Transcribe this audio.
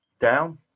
down